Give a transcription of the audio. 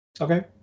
Okay